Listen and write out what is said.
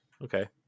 Okay